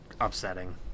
upsetting